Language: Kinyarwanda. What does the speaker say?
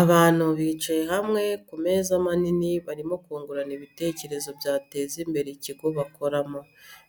Abantu bicaye hamwe ku meza manini barimo kungurana ibitekerezo byateza imbere ikigo bakoramo.